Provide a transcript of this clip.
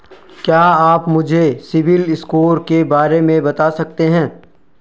क्या आप मुझे सिबिल स्कोर के बारे में बता सकते हैं?